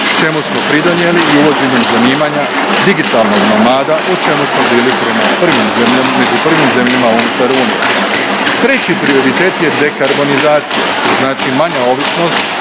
čemu smo pridonijeli i uvođenjem zanimanja digitalnog nomada u čemu smo bili prema prvim, među prvim zemljama unutar Unije. Treći prioritet je dekarbonizacija, što znači manja ovisnost